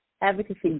advocacy